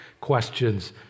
questions